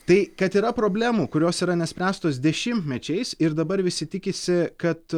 tai kad yra problemų kurios yra nespręstos dešimtmečiais ir dabar visi tikisi kad